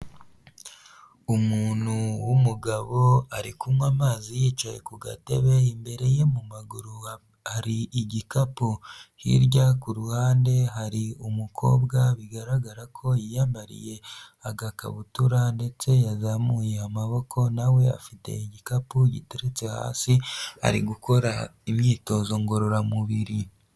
Umuntu w'umugabo ari kunywa amazi yicaye ku gatebe, imbere ye mu maguru hari igikapu, hirya ku ruhande hari umukobwa bigaragara ko yiyambariye agakabutura ndetse yazamuye amaboko, nawe afite igikapu giteretse hasi ari gukora imyitozo ngororamubiri.